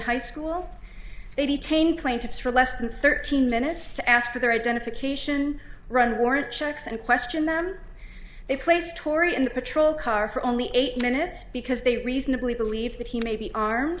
high school they detain plaintiffs for less than thirteen minutes to ask for their identification run warrant checks and question them they place tori in the patrol car for only eight minutes because they reasonably believe that he may be armed